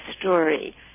story